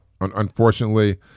Unfortunately